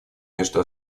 между